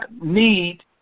need